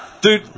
Dude